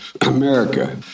america